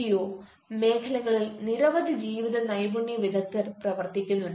non governmental organisation മേഖലകളിൽ നിരവധി ജീവിത നൈപുണ്യ വിദഗ്ധർ പ്രവർത്തിക്കുന്നുണ്ട്